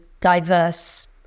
diverse